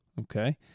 Okay